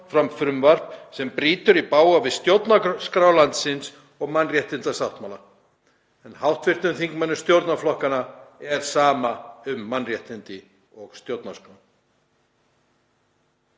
fram frumvarp sem brýtur í bága við stjórnarskrá landsins og mannréttindasáttmála en hv. þingmönnum stjórnarflokkanna er sama um mannréttindi og stjórnarskrá.